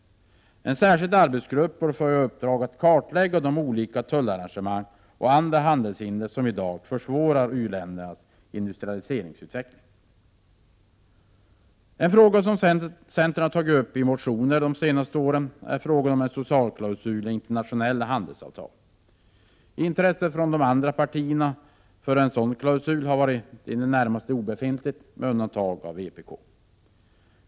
En särskild arbetsgrupp bör få i uppdrag att kartlägga de olika tullarrangemang och andra handelshinder som i dag försvårar u-ländernas industrialiseringsutveckling. En fråga som centern tagit upp i motioner de senaste åren är spörsmålet om en socialklausul i internationella handelsavtal. Intresset från de andra 143 partierna, med undantag för vpk, har varit i det närmaste obefintligt.